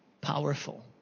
powerful